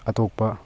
ꯑꯇꯣꯞꯄ